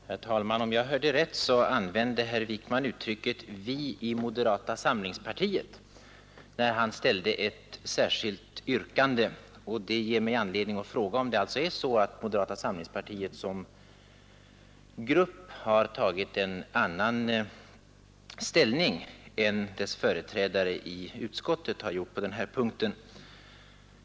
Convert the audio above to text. Herr talman! Om jag hörde rätt använde herr Wijkman uttrycket ”vi i moderata samlingspartiet” när han ställde ett särskilt yrkande, och det ger mig anledning fråga om det alltså är så att moderata samlingspartiet som grupp tagit en annan ställning än dess företrädare i utskottet gjort på denna punkt.